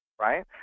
right